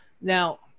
Now